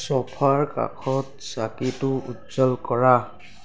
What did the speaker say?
চ'ফাৰ কাষত চাকিটো উজ্জ্বল কৰা